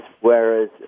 whereas